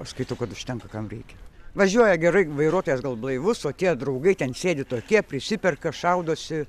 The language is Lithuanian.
aš skaitau kad užtenka kam reikia važiuoja gerai vairuotojas gal blaivus o tie draugai ten sėdi tokie prisiperka šaudosi